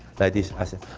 like this. i say